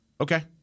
Okay